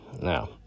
Now